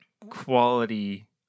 quality